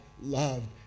loved